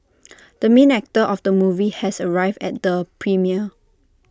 the main actor of the movie has arrived at the premiere